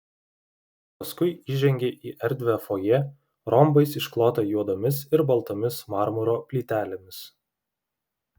paskui įžengė į erdvią fojė rombais išklotą juodomis ir baltomis marmuro plytelėmis